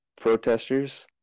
protesters